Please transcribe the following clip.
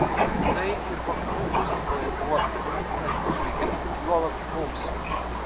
tai ir vakarų muzikoje buvo įsimintinas įvykis juolab mums